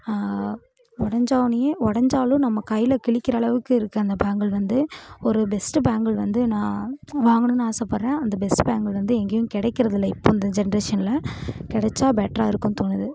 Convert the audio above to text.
உடஞ்சோனையே உடஞ்சாலும் நம்ம கையில் கிழிக்கிற அளவுக்கு இருக்குது அந்த பேங்குல் வந்து ஒரு பெஸ்ட்டு பேங்குல் வந்து நான் வாங்கணும்னு ஆசைப்படுறேன் அந்த பெஸ்ட்டு பேங்குல் வந்து எங்கேயும் கெடைக்கிறதில்ல இப்போ இந்த ஜென்ரேஷனில் கிடச்சா பெட்டரா இருக்கும்னு தோணுது